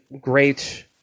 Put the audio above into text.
great